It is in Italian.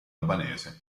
albanese